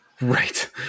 Right